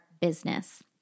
business